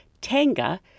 tanga